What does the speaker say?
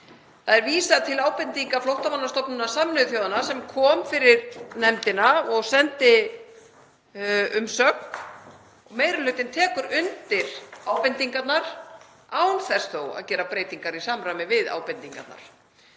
Það er vísað til ábendinga Flóttamannastofnunar Sameinuðu þjóðanna sem kom fyrir nefndina og sendi umsögn og meiri hlutinn tekur undir ábendingarnar án þess þó að gera breytingar í samræmi við þær.